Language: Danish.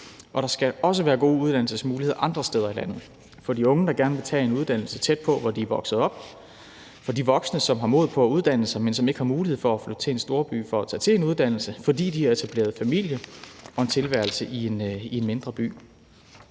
og der skal også være gode uddannelsesmuligheder andre steder i landet for de unge, der gerne vil tage en uddannelse tæt på, hvor de er vokset op, og for de voksne, som har mod på at uddanne sig, men som ikke har mulighed for at flytte til en storby for at tage en uddannelse, fordi de har etableret familie og en tilværelse i en mindre by.